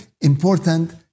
important